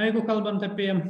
jeigu kalbant apie